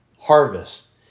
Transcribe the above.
harvest